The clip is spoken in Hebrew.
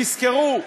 תזכרו,